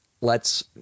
lets